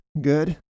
good